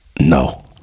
No